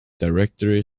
directory